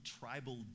tribal